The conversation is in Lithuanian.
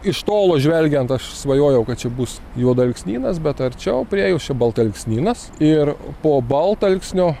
iš tolo žvelgiant aš svajojau kad čia bus juodalksnynas bet arčiau priėjus čia baltalksnynas ir po baltalksnio